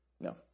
No